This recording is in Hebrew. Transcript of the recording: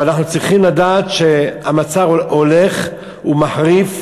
אבל אנחנו צריכים לדעת שהמצב הולך ומחריף,